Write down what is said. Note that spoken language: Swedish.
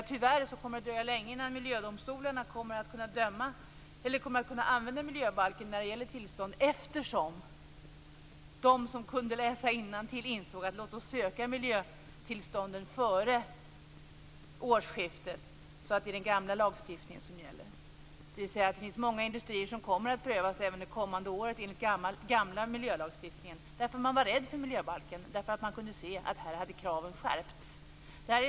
Tyvärr kommer det att dröja länge innan miljödomstolarna kommer att kunna använda miljöbalken när det gäller tillstånd eftersom de som kunde läsa innantill insåg: Låt oss söka miljötillstånden före årsskiftet, så att det är den gamla lagstiftningen som gäller. Det finns många industrier som kommer att prövas även det kommande året enligt den gamla miljölagstiftningen. Man var rädd för miljöbalken därför att man kunde se att kraven hade skärpts.